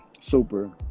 Super